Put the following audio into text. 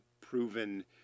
proven